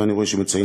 ואני רואה שמציינים,